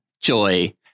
Joy